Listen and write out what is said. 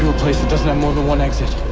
place that doesn't have more than one exit.